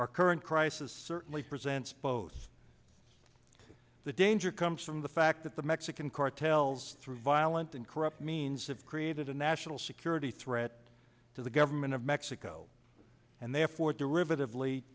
our current crisis certainly presents most of the danger comes from the fact that the mexican cartels through violent and corrupt means have created a national security threat to the government of mexico and therefore derivative le